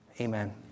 amen